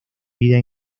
vida